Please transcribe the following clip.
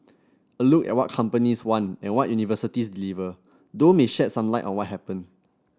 a look at what companies want and what universities deliver though may shed some light on what happened